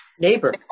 Neighbor